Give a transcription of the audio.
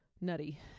nutty